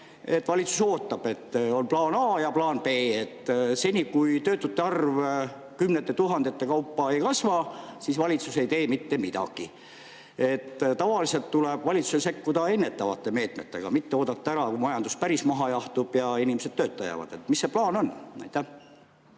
et valitsus ootab, et on plaan A ja plaan B, et seni kuni töötute arv kümnete tuhandete kaupa ei kasva, valitsus ei tee mitte midagi. Tavaliselt tuleb valitsusel sekkuda ennetavate meetmetega, mitte oodata ära, kui majandus päris maha jahtub ja inimesed tööta jäävad. Mis see plaan on? Aitäh,